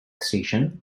station